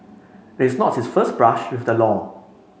this not his first brush with the law